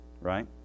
right